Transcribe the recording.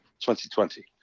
2020